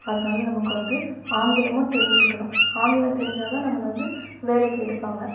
அதனால் நமக்கு வந்து ஆங்கிலமும் தெரிஞ்சிருக்கணும் ஆங்கிலம் தெரிஞ்சால்தான் நம்மளை வந்து வேலைக்கு எடுப்பாங்கள்